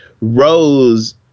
Rose